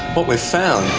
what we've found,